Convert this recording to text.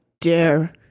dare